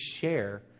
share